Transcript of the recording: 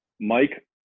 Mike